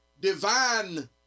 divine